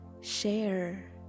share